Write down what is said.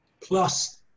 Plus